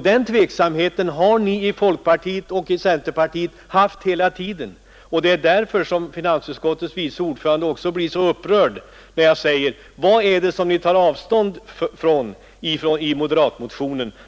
Denna tveksamhet har ni i folkpartiet och i centerpartiet behållit hela tiden. Det är också därför som finansutskottets vice ordförande blir så upprörd när jag frågar: Vad är det ni tar avstånd från i moderaternas motion?